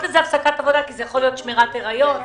זה יכול להיות שמירת הריון,